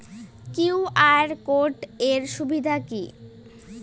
QR code এর সুবিধা কি?